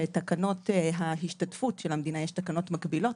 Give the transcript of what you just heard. שגם תקנות ההשתתפות של המדינה, יש תקנות מקבילות,